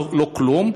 לא כלום,